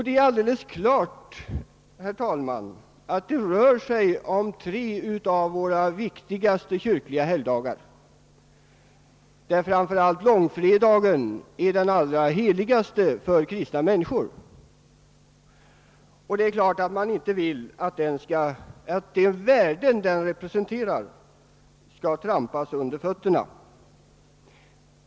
Det rör sig om tre av våra viktigaste kyrkliga helgdagar, av vilka långfredagen är den allra heligaste för kristna människor. Självfallet vill man inte att de värden som den representerar skall trampas under fötterna.